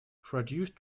produced